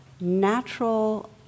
natural